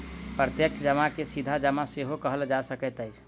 प्रत्यक्ष जमा के सीधा जमा सेहो कहल जा सकैत अछि